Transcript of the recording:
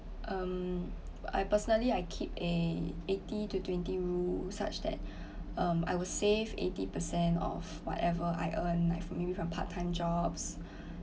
um I personally I keep a eighty to twenty rule such that um I will save eighty percent of whatever I earn like from maybe from part time jobs